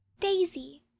Daisy